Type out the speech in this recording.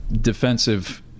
defensive